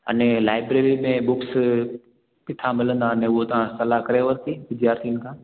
अने लाइब्रेरी में बुक्स किथां मिलंदानि उअ तव्हां सलाहु करे वरिती विद्यार्थीनि खां